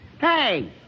hey